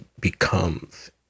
becomes